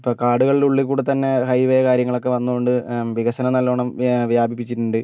ഇപ്പോൾ കടുകളുടെ ഉള്ളി കൂടെ തന്നെ ഹയ് വേ കാര്യങ്ങളൊക്കെ വന്നത് കൊണ്ട് വികസനം നല്ലോണം വ്യാ വ്യാപിപ്പിച്ചിട്ടുണ്ട്